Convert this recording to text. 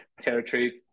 Territory